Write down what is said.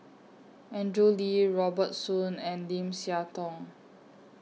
Andrew Lee Robert Soon and Lim Siah Tong